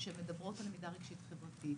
שמדברות על למידה רגשית וחברתית,